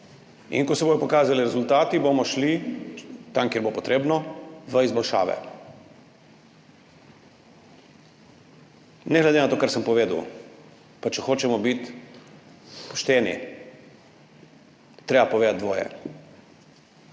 In ko se bodo pokazali rezultati, bomo šli, tam, kjer bo potrebno, v izboljšave. Ne glede na to, kar sem povedal pa, če hočemo biti pošteni, je treba povedati dvoje.